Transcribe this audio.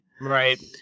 right